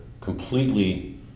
completely